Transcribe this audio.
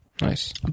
Nice